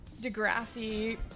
Degrassi